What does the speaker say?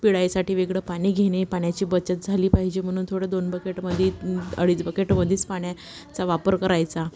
पिळायसाठी वेगळं पाणी घेणे पाण्याची बचत झाली पाहिजे म्हणून थोडं दोन बकेटमध्ये अडीच बकेटमध्येच पाण्याचा वापर करायचा